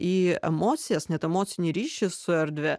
į emocijas net emocinį ryšį su erdve